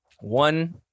one